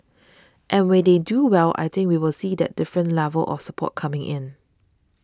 and when they do well I think we will see that different level of support coming in